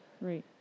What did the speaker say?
Right